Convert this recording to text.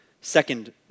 Second